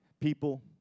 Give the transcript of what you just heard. people